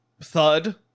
thud